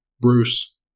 Bruce